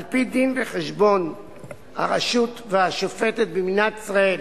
על-פי דין-וחשבון הרשות השופטת במדינת ישראל